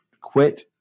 quit